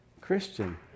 Christian